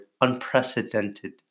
unprecedented